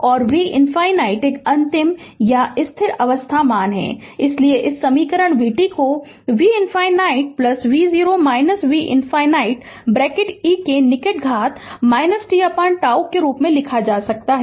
और v ∞ अंतिम या स्थिर अवस्था मान इसलिए इस समीकरण vt को v ∞ v0 v ∞ bracket e के निकट घात tτ के रूप में लिखा जा सकता है